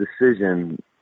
decision